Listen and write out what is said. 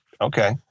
okay